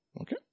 Okay